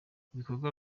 ibikorwa